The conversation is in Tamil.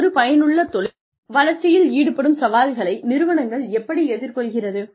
ஒரு பயனுள்ள தொழில் வளர்ச்சியில் ஈடுபடும் சவால்களை நிறுவனங்கள் எப்படி எதிர்கொள்கிறது